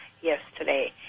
yesterday